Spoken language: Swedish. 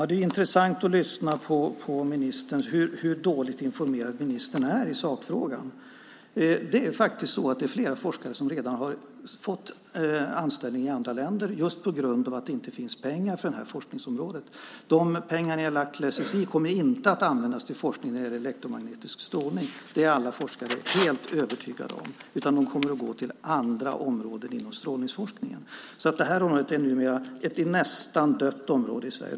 Herr talman! Det är intressant att höra hur dåligt informerad ministern är i sakfrågan. Det är flera forskare som redan sökt, och fått, anställning i andra länder just på grund av att det inte finns pengar för det här forskningsområdet. De pengar som ni har avsatt kommer SSI inte att använda till forskning om elektromagnetisk strålning, det är alla forskare helt övertygade om, utan de kommer att gå till andra områden inom strålningsforskningen. Det här området är ett nästan dött område i Sverige.